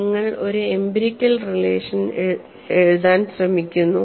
നിങ്ങൾ ഒരു empirical relation എഴുതാൻ ശ്രമിക്കുന്നു